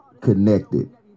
connected